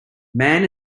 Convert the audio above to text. man